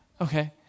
okay